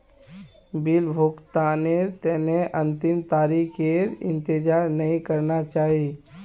bill भुगतानेर तने अंतिम तारीखेर इंतजार नइ करना चाहिए